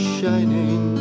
shining